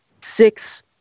six